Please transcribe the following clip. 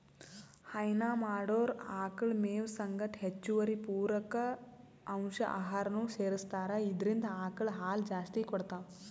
ಹೈನಾ ಮಾಡೊರ್ ಆಕಳ್ ಮೇವ್ ಸಂಗಟ್ ಹೆಚ್ಚುವರಿ ಪೂರಕ ಅಂಶ್ ಆಹಾರನೂ ಸೆರಸ್ತಾರ್ ಇದ್ರಿಂದ್ ಆಕಳ್ ಹಾಲ್ ಜಾಸ್ತಿ ಕೊಡ್ತಾವ್